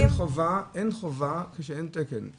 אין חובה כשאין תקן.